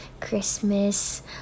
Christmas